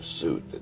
suit